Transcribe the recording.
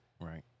right